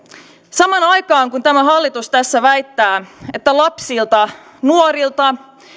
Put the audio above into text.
samaan aikaan kun tämä hallitus tässä väittää että lapsilta nuorilta